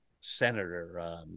senator